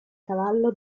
cavallo